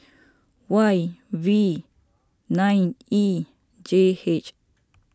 Y V nine E J H